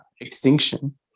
Extinction